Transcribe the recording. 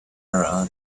era